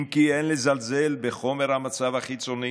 אם כי אין לזלזל בחומרת המצב החיצוני